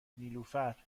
نیلوفر